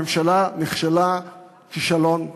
הממשלה נכשלה כישלון גדול.